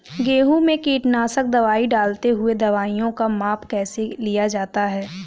गेहूँ में कीटनाशक दवाई डालते हुऐ दवाईयों का माप कैसे लिया जाता है?